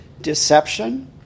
deception